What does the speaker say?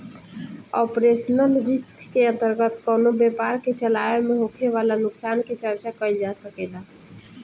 operational risk के अंतर्गत कवनो व्यपार के चलावे में होखे वाला नुकसान के चर्चा कईल जा सकेला